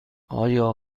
آیا